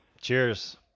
cheers